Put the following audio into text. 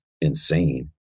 insane